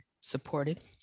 supported